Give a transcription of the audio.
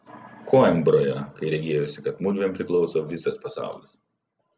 koimbroje kai regėjosi kad mudviem priklauso visas pasaulis